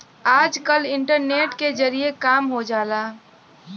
आजकल इन्टरनेट के जरिए काम हो जाला